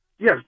Yes